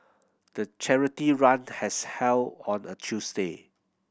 the charity run has held on a Tuesday